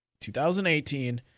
2018